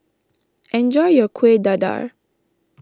enjoy your Kueh Dadar